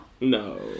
No